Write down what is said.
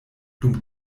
dum